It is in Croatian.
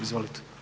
Izvolite.